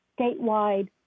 statewide